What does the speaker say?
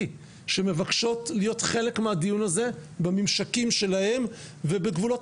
שמבקשות להיות חלק מהדיון הזה בממשקים שלהם ובגבולות